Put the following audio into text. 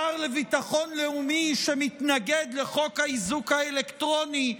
שר לביטחון לאומי שמתנגד לחוק האיזוק האלקטרוני,